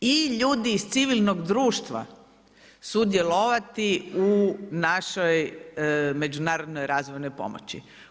I ljudi iz civilnog društva, sudjelovati u našoj međunarodnoj razvojnoj pomoći.